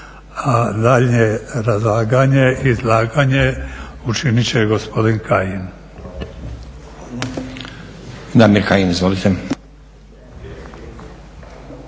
A daljnje izlaganje učinit će gospodin Kajin.